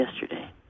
yesterday